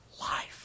life